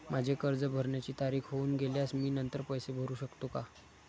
माझे कर्ज भरण्याची तारीख होऊन गेल्यास मी नंतर पैसे भरू शकतो का?